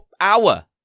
hour